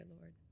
Lord